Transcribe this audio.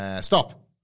Stop